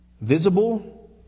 visible